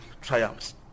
triumphs